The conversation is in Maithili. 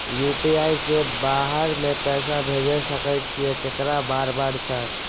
यु.पी.आई से बाहर में पैसा भेज सकय छीयै केकरो बार बार सर?